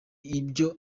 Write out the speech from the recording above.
ibyo